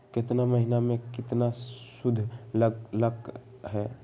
केतना महीना में कितना शुध लग लक ह?